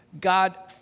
God